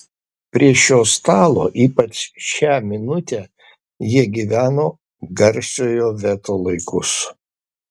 prie šio stalo ypač šią minutę jie gyveno garsiojo veto laikus